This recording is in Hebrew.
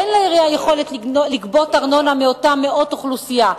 אין לעירייה יכולת לגבות ארנונה מאותן אוכלוסיות.